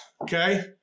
okay